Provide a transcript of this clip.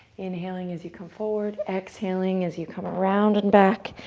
inhaling as you come forward, exhaling as you come around and back.